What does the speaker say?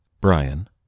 Brian